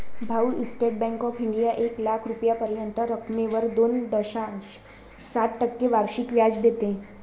भाऊ, State Bank of India एक लाख रुपयांपर्यंतच्या रकमेवर दोन दशांश सात टक्के वार्षिक व्याज देते